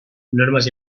normes